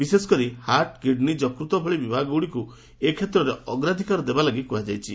ବିଶେଷକରି heart kidney ଯକୃତ ଭଳି ବିଭାଗ ଗୁଡିକୁ ଏ କ୍ଷେତ୍ରରେ ଅଗ୍ରାଧିକାର ଦେବାଲାଗି କୁହାଯାଇଛି